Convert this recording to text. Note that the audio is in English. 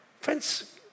Friends